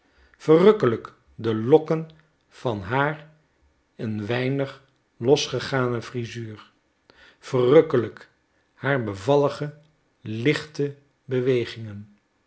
verrukkelijk de lokken van haar een weinig losgegane frisuur verrukkelijk haar bevallige lichte bewegingen